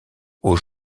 aux